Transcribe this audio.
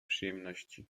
przyjemności